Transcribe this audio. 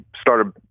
started